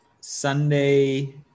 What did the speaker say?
sunday